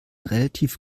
relativ